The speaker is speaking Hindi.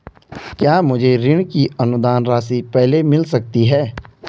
क्या मुझे ऋण की अनुदान राशि पहले मिल सकती है?